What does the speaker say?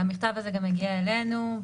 המכתב הזה גם הגיע אלינו.